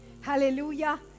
Hallelujah